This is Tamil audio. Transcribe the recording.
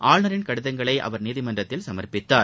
ஆளுநரின் கடிதங்களை அவர் நீதிமன்றத்தில் சமர்பித்தார்